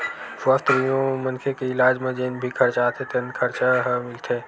सुवास्थ बीमा म मनखे के इलाज म जेन भी खरचा आथे तेन खरचा ह मिलथे